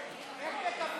איך תקבלי דרכון?